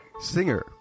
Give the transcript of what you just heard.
singer